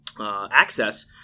access